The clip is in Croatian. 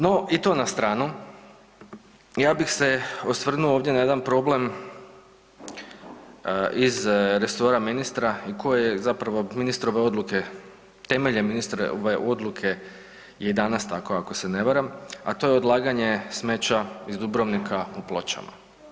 No, i to na stranu, ja bih se osvrnuo ovdje na jedan problem iz resora ministra i koji je zapravo ministrove odluke, temeljem ministrove odluke je i danas tako ako se ne varam, a to je odlaganje smeća iz Dubrovnika u Pločama.